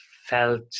felt